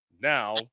Now